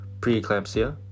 preeclampsia